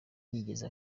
yigeze